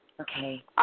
Okay